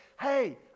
hey